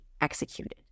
executed